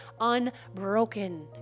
unbroken